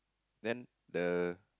then the